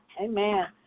Amen